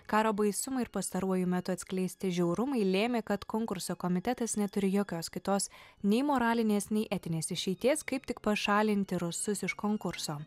karo baisumai ir pastaruoju metu atskleisti žiaurumai lėmė kad konkurso komitetas neturi jokios kitos nei moralinės nei etinės išeities kaip tik pašalinti rusus iš konkurso